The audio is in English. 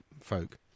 folk